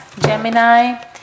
Gemini